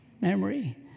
memory